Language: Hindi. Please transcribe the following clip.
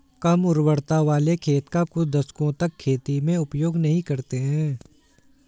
कम उर्वरता वाले खेत का कुछ दशकों तक खेती में उपयोग नहीं करते हैं